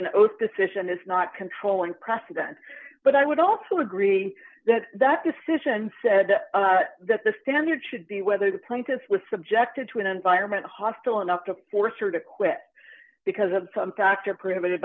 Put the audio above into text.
an oath decision is not controlling precedents but i would also agree that that decision said that the standard should be whether the plaintiffs was subjected to an environment hostile enough to force or to quit because of some factor pr